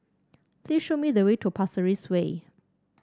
please show me the way to Pasir Ris Way